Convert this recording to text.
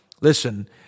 listen